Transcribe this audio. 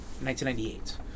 1998